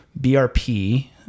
BRP